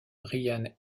brian